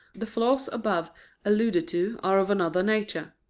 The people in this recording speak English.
the flaws above alluded to are of another nature.